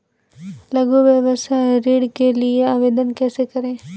लघु व्यवसाय ऋण के लिए आवेदन कैसे करें?